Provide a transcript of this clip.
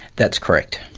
that's correct.